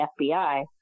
FBI